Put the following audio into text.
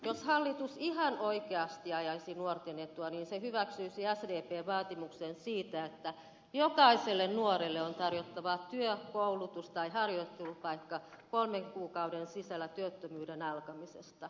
jos hallitus ihan oikeasti ajaisi nuorten etua niin se hyväksyisi sdpn vaatimuksen siitä että jokaiselle nuorelle on tarjottava työ koulutus tai harjoittelupaikka kolmen kuukauden sisällä työttömyyden alkamisesta